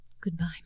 Goodbye